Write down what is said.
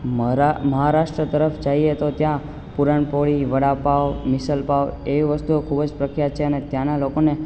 મહરા મહારાષ્ટ્ર તરફ જાઈએ તો ત્યાં પૂરણપોળી વડાપાંવ મિસલ પાંવ એવી વસ્તુઓ ખૂબ જ પ્રખ્યાત છે અને ત્યાં ના લોકોને